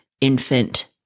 infant